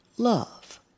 Love